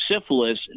syphilis